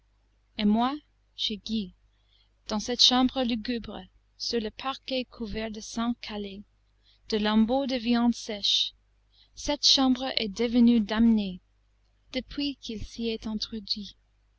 et moi je gis dans cette chambre lugubre sur le parquet couvert de sang caillé de lambeaux de viande sèche cette chambre est devenue damnée depuis qu'il s'y est